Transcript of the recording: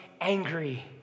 angry